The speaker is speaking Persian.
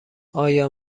آیا